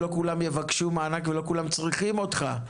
לא כולם יבקשו מענק ולא כולם צריכים אותך,